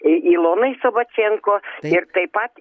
i ilonai savačenko ir taip pat